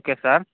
okay sir